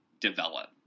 develop